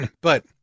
but-